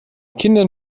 kindern